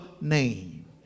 name